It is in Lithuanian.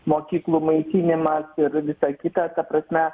mokyklų maitinimas ir visa kita ta prasme